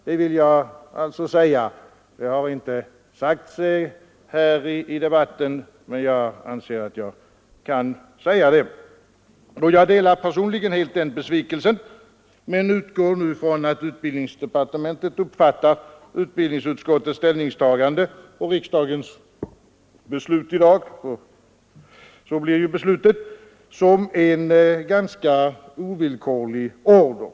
Detta har inte tidigare sagts här i debatten, men jag anser att jag bör säga det. Jag delar nämligen personligen helt den besvikelsen men utgår nu från att utbildningsdepartementet uppfattar utbildningsutskottets ställningstagande och riksdagens beslut i dag som en ganska ovillkorlig order.